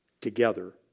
together